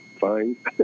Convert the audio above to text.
fine